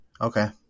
Okay